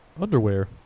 Underwear